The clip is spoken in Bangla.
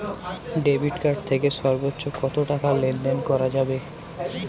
ডেবিট কার্ড থেকে সর্বোচ্চ কত টাকা লেনদেন করা যাবে?